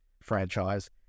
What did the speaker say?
franchise